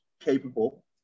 capable